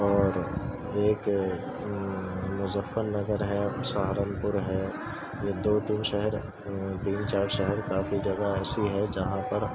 اور ایک مظفر نگر ہے سہارنپور ہے یہ دو تو شہر تین چار شہر کافی جگہ ایسی ہے جہاں پر